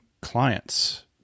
clients